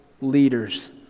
leaders